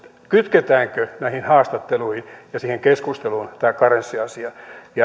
kytketäänkö näihin haastatteluihin ja siihen keskusteluun tämä karenssiasia